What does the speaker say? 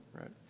right